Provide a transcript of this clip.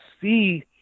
see